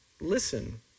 Listen